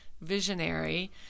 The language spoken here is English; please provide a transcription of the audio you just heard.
visionary